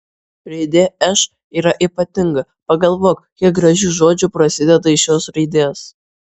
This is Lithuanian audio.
raidė š yra ypatinga pagalvok kiek gražių žodžių prasideda iš šios raidės